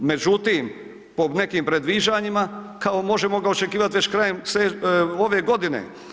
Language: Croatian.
Međutim, po nekim predviđanjima kao možemo ga očekivat već krajem ove godine.